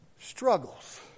struggles